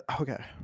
Okay